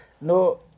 No